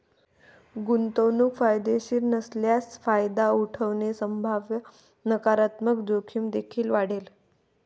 गुंतवणूक फायदेशीर नसल्यास फायदा उठवल्याने संभाव्य नकारात्मक जोखीम देखील वाढेल